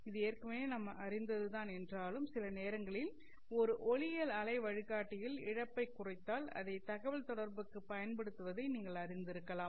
இது ஏற்கனவே நாம் அறிந்தது தான் என்றாலும் சில நேரங்களில் ஒரு ஒளியியல் அலை வழிகாட்டியில் இழப்பை குறைத்தால் அதை தகவல்தொடர்புக்கு பயன்படுத்துவதை நீங்கள் அறிந்து இருக்கலாம்